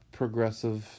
progressive